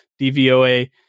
DVOA